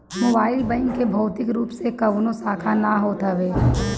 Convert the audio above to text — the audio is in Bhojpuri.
मोबाइल बैंक के भौतिक रूप से कवनो शाखा ना होत हवे